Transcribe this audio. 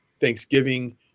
thanksgiving